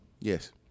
Yes